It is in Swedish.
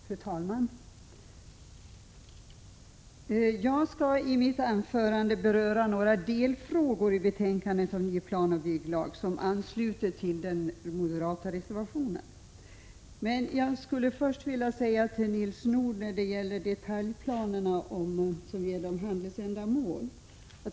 Fru talman! Jag skall i mitt anförande beröra några delfrågor i betänkandet om ny planoch bygglag i anslutning till den moderata reservationen. Men jag skulle först vilja säga någonting till Nils Nordh som gäller detaljplanerna för handelsändamål.